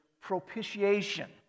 propitiation